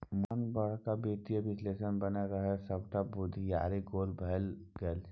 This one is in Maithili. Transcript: मोहन बड़का वित्तीय विश्लेषक बनय रहय सभटा बुघियारी गोल भए गेलै